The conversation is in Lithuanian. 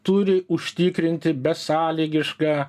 turi užtikrinti besąlygišką